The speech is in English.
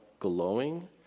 glowing